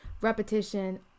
repetition